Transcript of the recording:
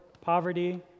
poverty